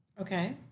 Okay